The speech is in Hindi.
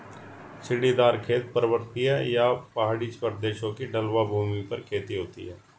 सीढ़ीदार खेत, पर्वतीय या पहाड़ी प्रदेशों की ढलवां भूमि पर खेती होती है